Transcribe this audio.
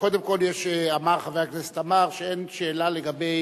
קודם כול אמר חבר הכנסת עמאר שאין שאלה לגבי